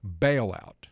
bailout